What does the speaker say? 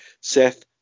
seth